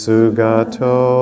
Sugato